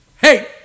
hey